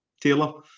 Taylor